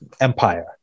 empire